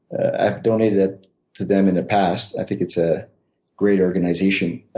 i've donated to them in the past. i think it's a great organization.